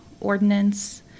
ordinance